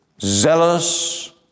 zealous